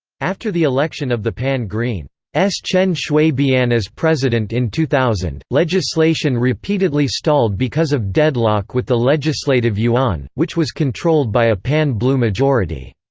after the election of the pan-green's chen shui-bian as president in two thousand, legislation repeatedly stalled because of deadlock with the legislative yuan, which was controlled by a pan-blue majority.